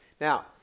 Now